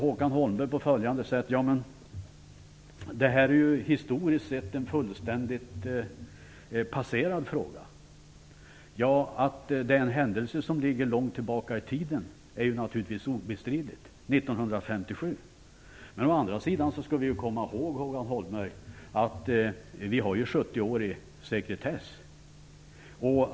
Håkan Holmberg säger att det här historiskt sett är en fullständigt passerad fråga. Ja, att uttalandet gäller en händelse som ligger långt tillbaka i tiden är naturligtvis obestridligt - 1957. Å andra sidan skall vi komma ihåg, Håkan Holmberg, att vi har 70-årig sekretess.